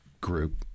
group